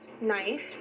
knife